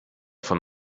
von